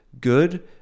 good